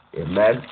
Amen